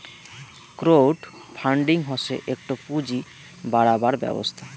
crowd funding হসে একটো পুঁজি বাড়াবার ব্যবস্থা